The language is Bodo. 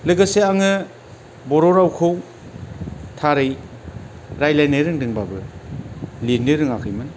लोगोसे आङो बर' रावखौ थारै रायज्लायनो रोंदोंबाबो लिरनो रोङाखैमोन